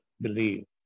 Believe